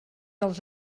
els